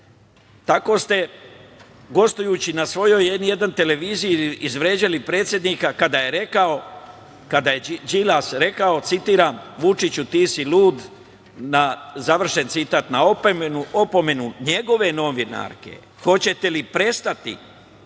Tako ste gostujući na svojoj N1 televiziji izvređali predsednika kada je Đilas rekao, citiram – Vučiću, ti si lud, završen citat. Na opomenu njegove novinarke – hoćete li prestati